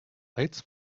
lights